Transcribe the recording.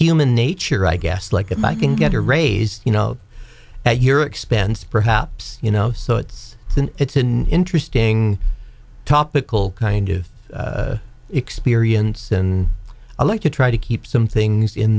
human nature i guess like if i can get a raise you know at your expense perhaps you know so it's an it's an interesting topic will kind of experience and i like to try to keep some things in